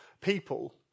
people